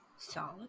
Solid